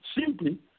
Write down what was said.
Simply